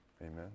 Amen